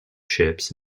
ships